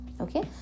Okay